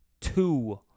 two